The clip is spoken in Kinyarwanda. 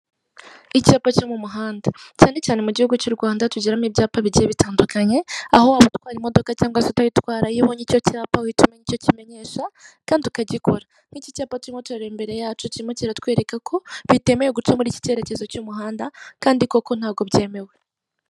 Icyapa cyo mu muhanda cyane cyane mu gihugu cy'u Rwanda, tugiramo ibyapa bigiye bitandukanye ,aho waba utwara imodoka cyangwa utayitwara, iyo ubonye icyo cyapa uhita umenya icyo kimenyesha kandi ukagikora. Nk'iki cyapa turimo turareba imbere yacu kirimo kiratwereka ko, bitemewe guca muri iki cyerekezo cy'umuhanda kandi koko ntabwo byemewe.